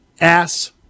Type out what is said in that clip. ass